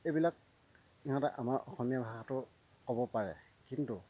এইবিলাক সিহঁতে আমাৰ অসমীয়া ভাষাটো ক'ব পাৰে কিন্তু